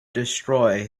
destroy